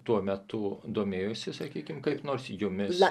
tuo metu domėjosi sakykim kaip nors jumis